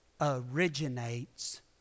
originates